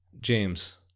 James